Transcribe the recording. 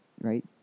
right